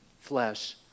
flesh